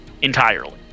entirely